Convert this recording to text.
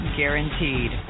guaranteed